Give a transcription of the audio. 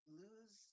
lose